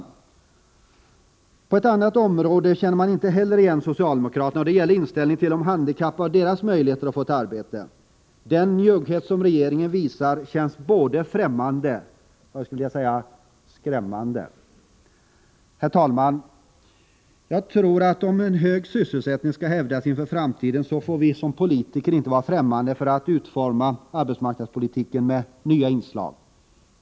Det finns ett annat område där vi inte heller känner igen socialdemokrater na. Det gäller inställningen till de handikappade och deras möjligheter att få ett arbete. Den njugghet som regeringen här visar känns både främmande och skrämmande. Herr talman! Om en hög sysselsättning skall kunna hävdas inför framtiden får vi politiker inte vara ffrämmande för att ge arbetsmarknadspolitiken nya inslag.